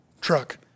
truck